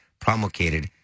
promulgated